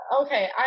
okay